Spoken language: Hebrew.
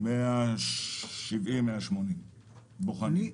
170-180 בוחנים.